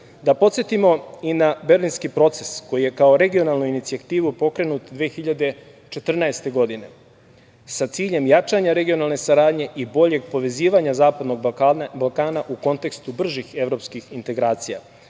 EU.Da podsetimo i na Berlinski proces, koji je kao regionalna inicijativa pokrenut 2014. godine, sa ciljem jačanja regionalne saradnje i boljeg povezivanja zapadnog Balkana u kontekstu bržih evropskih integracija.